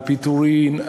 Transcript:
על פיטורים,